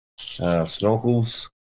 snorkels